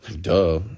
Duh